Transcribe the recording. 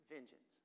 Vengeance